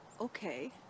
okay